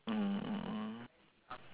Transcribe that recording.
mm mm mm